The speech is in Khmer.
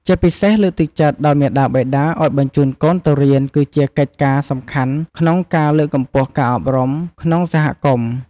ជាពិសេស លើកទឹកចិត្តដល់មាតាបិតាឱ្យបញ្ជូនកូនទៅរៀន គឺជាកិច្ចការសំខាន់ក្នុងការ លើកកម្ពស់ការអប់រំ ក្នុងសហគមន៍។